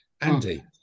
Andy